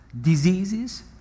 diseases